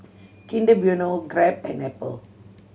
Kinder Bueno Grab and Apple